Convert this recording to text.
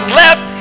left